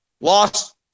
lost